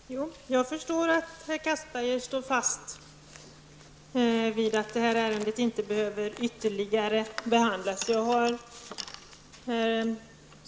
Herr talman! Jag förstår att herr Castberger står fast vid att ärendet inte behöver behandlas ytterligare.